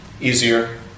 easier